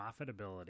profitability